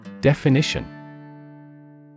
Definition